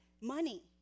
money